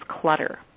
clutter